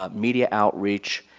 ah media outreach,